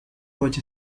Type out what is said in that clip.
was